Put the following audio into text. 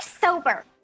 sober